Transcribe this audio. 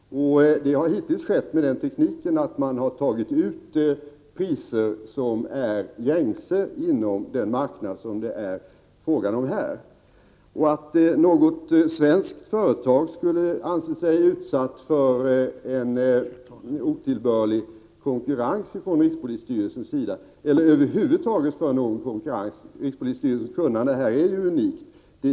Det har hittills skett med den tekniken att man har tagit ut priser som är gängse inom den marknad som det är fråga om. Jag känner inte till att något svenskt företag har ansett sig utsatt för en otillbörlig konkurrens från rikspolisstyrelsens sida, eller över huvud taget för någon konkurrens — rikspolisstyrelsens kunnande här är ju unikt.